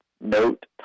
note